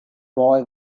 boy